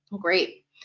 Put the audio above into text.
Great